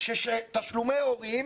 שתשלומי הורים יבוטלו.